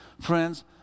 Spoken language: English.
Friends